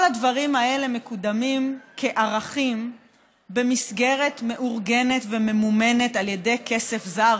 כל הדברים האלה מקודמים כערכים במסגרת מאורגנת וממומנת על ידי כסף זר,